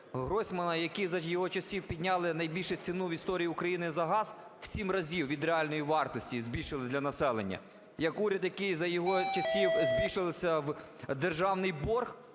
Гройсмана, який за його часів підняли найбільше ціну в історії України за газ – у 7 разів від реальної вартості, збільшили для населення; як уряд, який за його часів збільшився державний борг